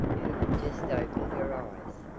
who had just opened her eyes,